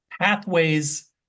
pathways